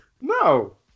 no